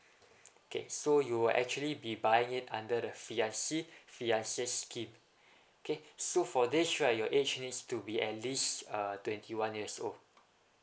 okay so you are actually be buying it under the fiancé fiancée scheme okay so for this right your age needs to be at least uh twenty one years old